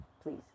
please